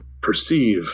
perceive